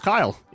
Kyle